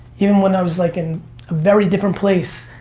even when i was like in a very different place,